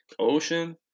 ocean